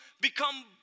become